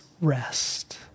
rest